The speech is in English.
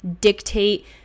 dictate